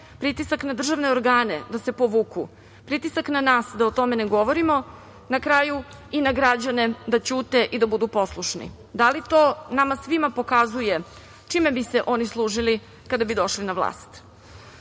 pritisak na državne organe da se povuku, pritisak na nas da o tome ne govorimo, na kraju i na građane da ćute i da budu poslušni? Da li to nama svima pokazuje čime bi se oni služili kada bi došli na vlast? Umesto